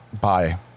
bye